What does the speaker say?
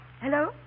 Hello